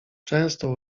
często